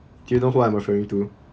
do you know who I'm referring to